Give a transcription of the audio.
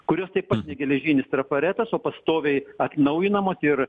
kurios taip pat ne geležinis trafaretas o pastoviai atnaujinamos ir